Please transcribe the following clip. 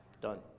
Done